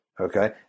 Okay